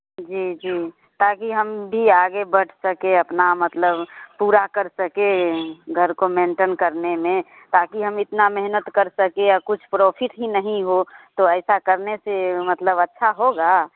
जी जी ताकि हम भी आगे बढ़ सकें अपना मतलब पूरा कर सकें घर को मेंटेन करने में ताकि हम इतना मेहनत कर सकें या कुछ प्रॉफिट ही नहीं हो तो ऐसा करने से मतलब अच्छा होगा